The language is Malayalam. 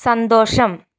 സന്തോഷം